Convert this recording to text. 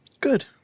Good